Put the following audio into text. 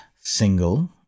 single